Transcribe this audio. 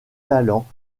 talent